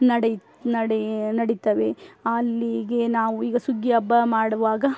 ನಡೆ ನಡೆ ನಡೆತ್ತವೆ ಅಲ್ಲಿಗೆ ನಾವು ಈಗ ಸುಗ್ಗಿ ಹಬ್ಬ ಮಾಡುವಾಗ